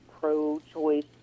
pro-choice